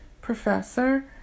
professor